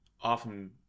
often